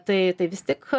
tai tai vis tik